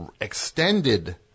extended